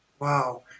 Wow